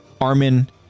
Armin